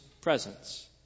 presence